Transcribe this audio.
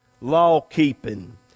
law-keeping